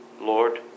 Lord